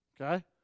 Okay